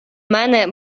мене